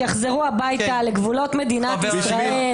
שיחזרו הביתה לגבולות מדינת ישראל.